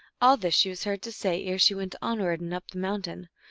all this she was heard to say ere she went onward and up the mountain,